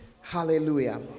Hallelujah